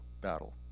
battle